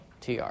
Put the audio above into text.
TR